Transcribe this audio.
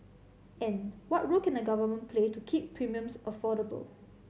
and what role can the Government play to keep premiums affordable